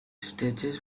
stretches